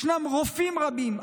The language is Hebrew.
ישנם רופאים רבים,